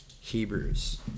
Hebrews